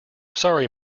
sorry